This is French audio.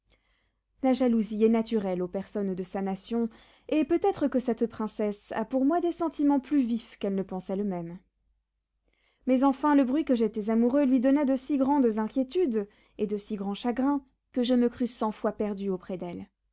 la jalousie est naturelle aux personnes de sa nation et peut-être que cette princesse a pour moi des sentiments plus vifs qu'elle ne pense elle-même mais enfin le bruit que j'étais amoureux lui donna de si grandes inquiétudes et de si grands chagrins que je me crus cent fois perdu auprès d'elle